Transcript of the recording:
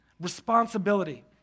responsibility